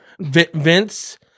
Vince